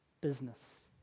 business